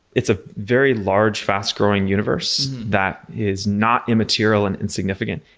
it's a very large, fast-growing universe that is not immaterial and insignificant,